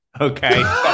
Okay